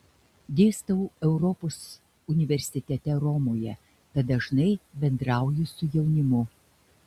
dėstau europos universitete romoje tad dažnai bendrauju su jaunimu